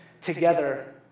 together